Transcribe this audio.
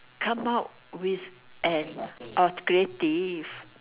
come out with an objective